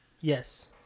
Yes